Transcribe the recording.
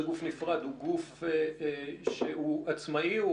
זה גוף שהוא עצמאי,